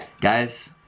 guys